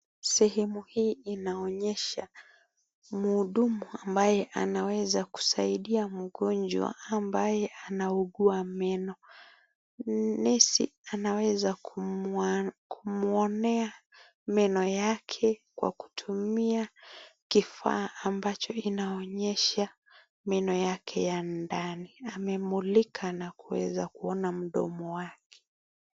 Sehemu hii inoanyesha mhudumu ambaye anaweza kusaidia mgonjwa ambaye anaugua meno. Nisi anaweza kumuonea meno yake kwa kutumia kifaa ambacho inaonyesha meno yake ya ndani, amemulika na kuweza kuona mdomo wake.